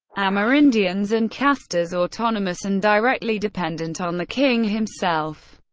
amerindians and castas, autonomous and directly dependent on the king himself.